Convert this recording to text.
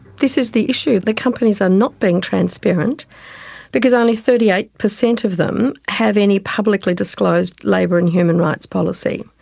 this is the issue, that the companies are not being transparent because only thirty eight percent of them have any publicly disclosed labour and human rights policy,